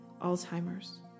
Alzheimer's